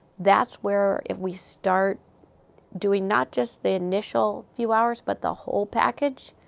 that's where, if we start doing not just the initial few hours but the whole package,